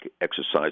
exercise